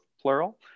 plural